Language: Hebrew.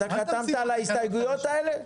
אתה חתמת על ההסתייגויות האלה?